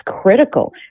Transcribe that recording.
critical